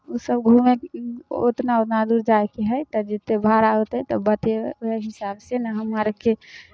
ओसभ घूमय ओतना ओतना दूर जायके हइ तऽ जतेक भाड़ा होतै से बतेबै ओहि हिसाबसँ ने हम आरके